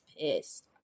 pissed